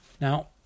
Now